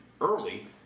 early